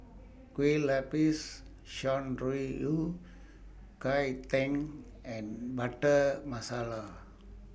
Kuih Lopes Shan Rui Yao Cai Tang and Butter Masala